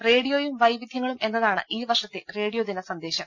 റേഡിയോയും വൈവിധ്യങ്ങളും എന്നതാണ് ഈ വർഷത്തെ റേഡിയോ ദിന സന്ദേശം